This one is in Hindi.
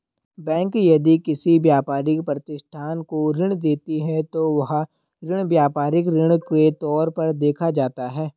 बैंक यदि किसी व्यापारिक प्रतिष्ठान को ऋण देती है तो वह ऋण व्यापारिक ऋण के तौर पर देखा जाता है